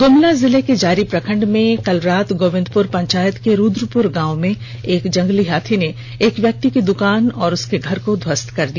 ग्मला जिले के जारी प्रखंड में बीती रात गोविंदपुर पंचायत के रूद्रपुर गांव में एक जंगली हाथी ने एक व्यक्ति की दूकान और एक घर को ध्वस्त कर दिया